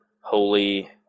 Holy